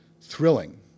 thrilling